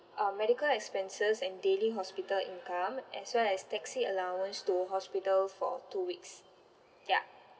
um medical expenses and daily hospital income as well as taxi allowance to hospital for two weeks ya